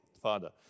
Father